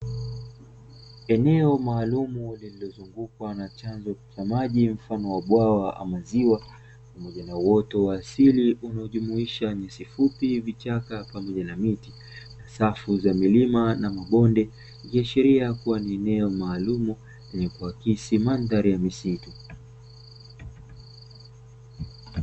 Eneo maalumu lililozungukwa na chanzo cha maji mfano wa bwawa au ziwa, pamoja na uoto wa asili unaojumuisha nyasi fupi, vichaka pamoja na miti, safu za milima na mabonde likiashiria ni eneo maalumu lenye kuakisi mandhari ya misitu.